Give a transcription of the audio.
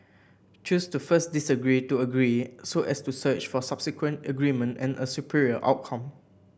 choose to first disagree to agree so as to search for subsequent agreement and a superior outcome